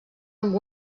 amb